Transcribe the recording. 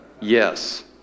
yes